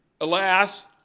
Alas